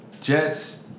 Jets